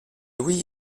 oui